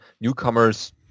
newcomers